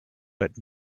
but